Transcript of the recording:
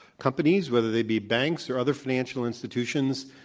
companies, whether they be banks or other financial institutions,